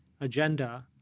agenda